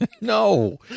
No